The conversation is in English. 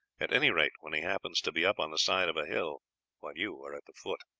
at any rate when he happens to be up on the side of a hill while you are at the foot.